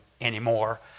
anymore